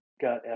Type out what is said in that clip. got